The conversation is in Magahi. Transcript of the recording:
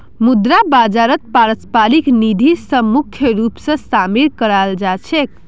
मुद्रा बाजारत पारस्परिक निधि स मुख्य रूप स शामिल कराल जा छेक